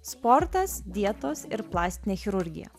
sportas dietos ir plastinė chirurgija